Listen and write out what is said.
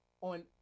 on